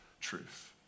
truth